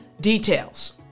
details